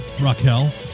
Raquel